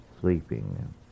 sleeping